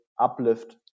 uplift